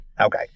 Okay